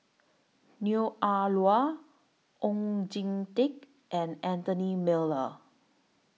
Neo Ah Luan Oon Jin Teik and Anthony Miller